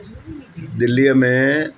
दिल्लीअ में